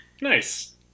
Nice